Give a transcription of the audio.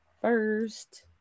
first